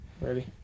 Ready